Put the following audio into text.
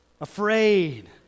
afraid